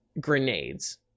grenades